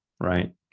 Right